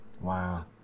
wow